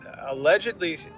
allegedly